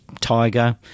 Tiger